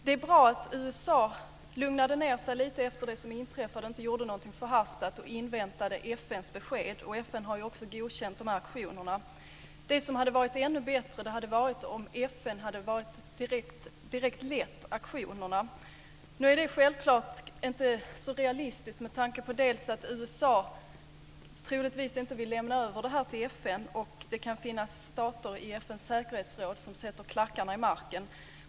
Det var bra att USA lugnade ned sig lite efter det som inträffade och inte gjorde någonting förhastat, att man inväntade FN:s besked. FN har ju också godkänt de här aktionerna. Ännu bättre hade det varit om FN direkt hade lett aktionerna. Naturligtvis är detta inte så realistiskt. Dels vill USA troligtvis inte lämna över det här till FN, dels kan det finnas stater i FN:s säkerhetsråd som sätter klackarna i marken.